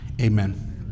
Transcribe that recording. Amen